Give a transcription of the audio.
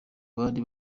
bari